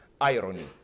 irony